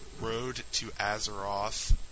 roadtoazeroth